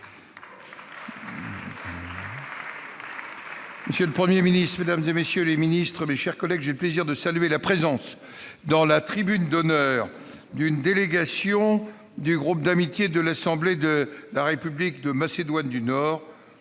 Monsieur le Premier ministre, mesdames, messieurs les membres du Gouvernement, mes chers collègues, j'ai le plaisir de saluer la présence, dans la tribune d'honneur, d'une délégation du groupe d'amitié de l'Assemblée de la République de Macédoine du Nord,